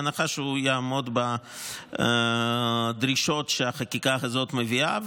בהנחה שהוא יעמוד בדרישות שהחקיקה הזאת מביאה.